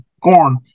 corn